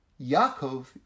Yaakov